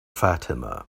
fatima